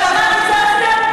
ולמה קיצצתם?